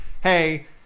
hey